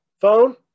Phone